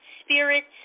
spirits